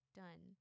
done